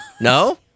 No